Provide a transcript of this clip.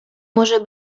może